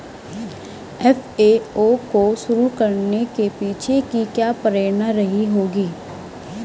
FAO को शुरू करने के पीछे की क्या प्रेरणा रही होगी?